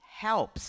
helps